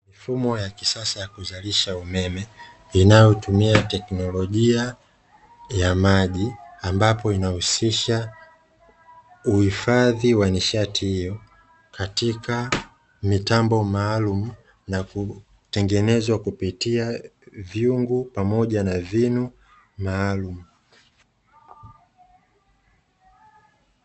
mifumu ya kisasa ya zalisha umeme inayotumia teknolojia ya maji, ambapo inahusisha uhifadhi wa nishati hiyo katika mitambo maalumu na kutengezwa kupitia vyungu pamoja na vinu maaalumu.